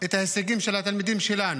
כמה שיותר את ההישגים של התלמידים שלנו: